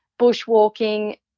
bushwalking